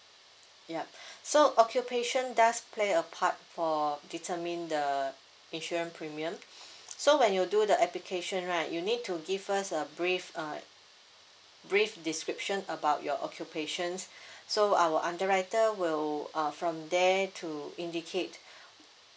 yup so occupation does play a part for determine the insurance premium so when you do the application right you need to give us a brief uh brief description about your occupations so our underwriter will uh from there to indicate